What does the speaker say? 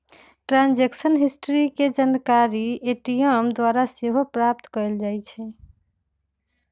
transaction history के जानकारी ATM द्वारा सेहो प्राप्त कएल जाइ छइ